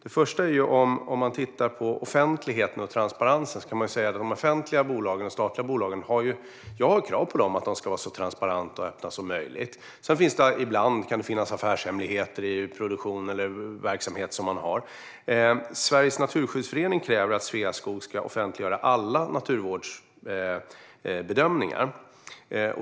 När det gäller offentligheten och transparensen kan jag säga att jag har krav på de offentliga bolagen, de statliga bolagen, att de ska vara så transparenta och öppna som möjligt. Ibland kan det dock finnas affärshemligheter i produktion eller annan verksamhet. Naturskyddsföreningen kräver att Sveaskog ska offentliggöra alla naturvårdsbedömningar.